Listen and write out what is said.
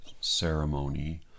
ceremony